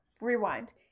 rewind